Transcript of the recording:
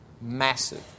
Massive